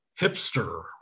hipster